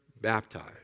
baptized